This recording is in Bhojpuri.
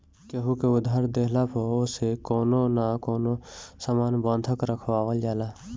केहू के उधार देहला पअ ओसे कवनो न कवनो सामान बंधक रखवावल जाला